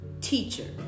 teacher